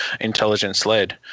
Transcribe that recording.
intelligence-led